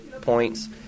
points